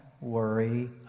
worry